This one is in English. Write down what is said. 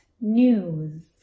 news